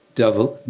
double